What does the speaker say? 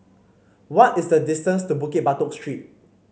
what is the distance to Bukit Batok Street